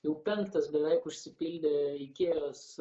jau penktas beveik užsipildė ikėjos